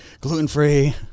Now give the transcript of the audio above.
gluten-free